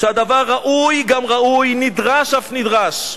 שהדבר ראוי גם ראוי, נדרש אף נדרש.